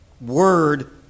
word